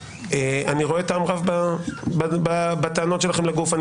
אני רואה טעם רב בטענות שלכם.